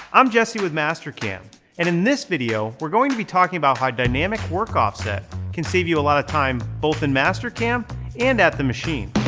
i'm jesse with mastercam and in this video we're going to be talking about how dynamic work offset can save you a lot of time, both in mastercam and at the machine.